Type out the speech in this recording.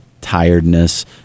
tiredness